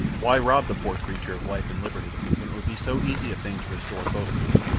why rob the poor creature of life and liberty, when it would be so easy a thing to restore both to it!